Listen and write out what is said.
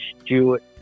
Stewart